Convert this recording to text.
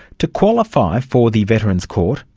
to qualify for the veterans' court,